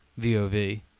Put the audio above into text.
VOV